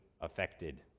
affected